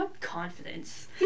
Confidence